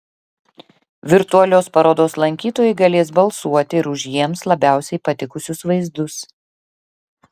virtualios parodos lankytojai galės balsuoti ir už jiems labiausiai patikusius vaizdus